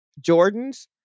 Jordans